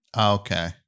Okay